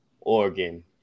Oregon